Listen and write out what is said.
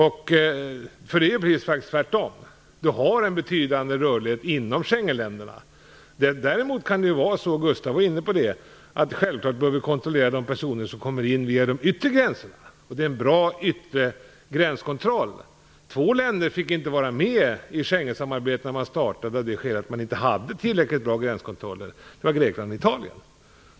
Det blir faktiskt tvärtom. Det är en betydande rörlighet inom Schengenländerna. Däremot kan det vara så - Gustaf von Essen var inne på det - att vi självklart bör kontrollera de personer som kommer över de yttre gränserna. Det behövs en bra kontroll av de yttre gränserna. Två länder fick inte vara med i Schengensamarbetet när det startade, av det skälet att man inte hade tillräckligt bra gränskontroller. Det var Grekland och Italien.